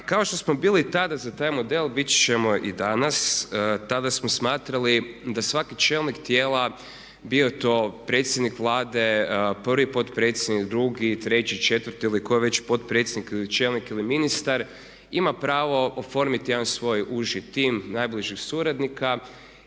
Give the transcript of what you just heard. Kao što smo bili tada za taj model biti ćemo i danas. Tada smo smatrali da svaki čelnik tijela, bio to predsjednik Vlade, prvi potpredsjednik, drugi, treći, četvrti ili tko je već potpredsjednik ili čelnik ili ministar ima pravo oformiti jedan svoj uži tim najbližih suradnika